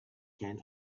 can